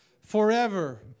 Forever